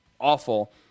awful